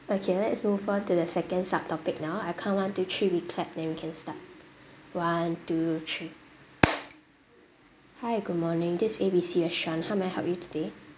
okay let's move on to the second subtopic now I count one two three we clap then you can start one two three hi good morning this is A B C restaurant how may I help you today